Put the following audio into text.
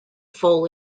fall